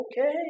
okay